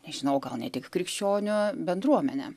nežinau o gal ne tik krikščionių bendruomenę